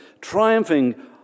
triumphing